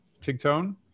Tigtone